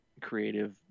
creative